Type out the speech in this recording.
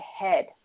ahead